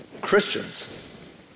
Christians